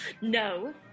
No